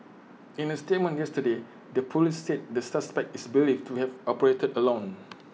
in A statement yesterday the Police said the suspect is believed to have operated alone